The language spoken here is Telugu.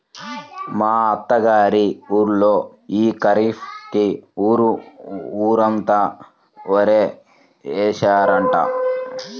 మా అత్త గారి ఊళ్ళో యీ ఖరీఫ్ కి ఊరు ఊరంతా వరే యేశారంట